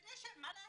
כדי שמה לעשות,